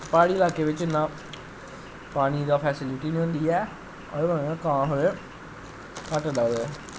प्हाड़ी लाह्के बिच्च इन्ना पानी दा फैस्लिटी निं होंदी ऐ ओह्दी बजाह् कन्नै कां थोह्ड़े घट्ट लब्भदे